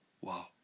Wow